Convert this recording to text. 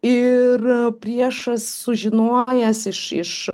ir priešas sužinojęs iš iš